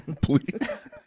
Please